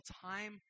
time